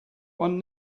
one